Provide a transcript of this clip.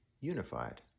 unified